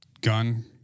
gun